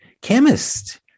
chemist